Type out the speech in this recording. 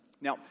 Now